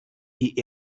die